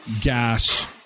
gas